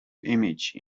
image